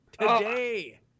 Today